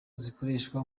zikoreshwa